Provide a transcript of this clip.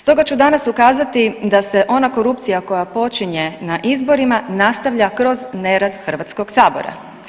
Stoga ću danas ukazati da se ona korupcija koja počinje na izborima nastavlja kroz nerad Hrvatskog sabora.